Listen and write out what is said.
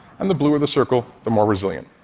and the bluer the circle, the more resilient.